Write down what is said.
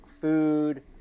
food